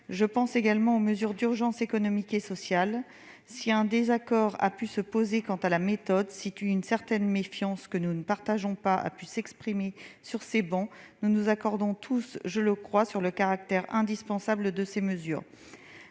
Je pense également aux mesures d'urgence économique et sociale. Si un désaccord a pu se poser quant à la méthode, si une certaine méfiance, que nous ne partageons pas, a pu s'exprimer sur ces bancs, nous nous accordons tous, je le crois, sur le caractère indispensable de ces mesures.